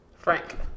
Frank